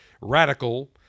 radical